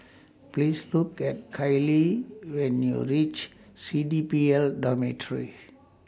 Please Look At Kailee when YOU REACH C D P L Dormitories